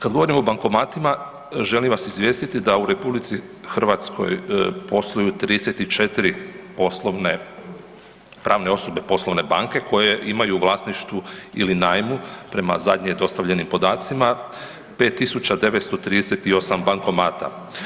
Kad govorimo o bankomatima, želim vas izvijestiti da u RH posluju 34 poslovne pravne osobe poslovne banke koje imaju u vlasništvu ili u najmu prema zadnje dostavljenim podacima, 5 938 bankomata.